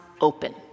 open